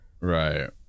Right